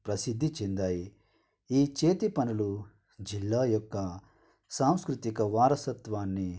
ప్రసిద్ధి చెందాయి ఈ చేతి పనులు జిల్లా యొక్క సాంసృతిక వారసత్వాన్ని